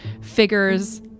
figures